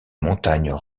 montagnes